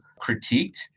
critiqued